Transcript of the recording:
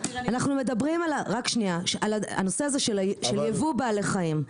אנחנו מדברים על רק שנייה על הנושא הזה של ייבוא בעלי חיים,